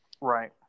Right